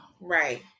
Right